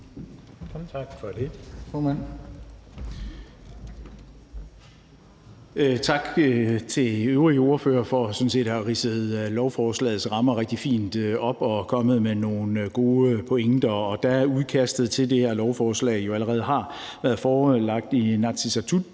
Tak for ordet.